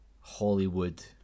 Hollywood